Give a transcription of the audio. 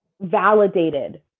validated